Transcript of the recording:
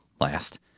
last